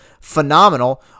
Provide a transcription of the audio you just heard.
phenomenal